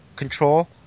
control